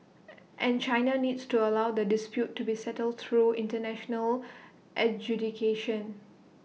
and China needs to allow the dispute to be settled through International adjudication